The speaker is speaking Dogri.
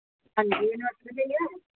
हां जी नमस्ते भाईया